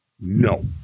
No